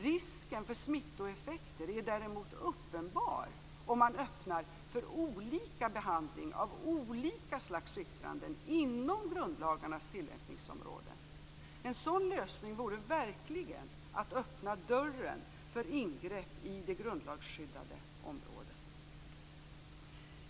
Risken för smittoeffekter är däremot uppenbar, om man öppnar för olika behandling av olika slags yttranden inom grundlagarnas tillämpningsområden. En sådan lösning vore verkligen att öppna dörren för ingrepp i det grundlagsskyddade området.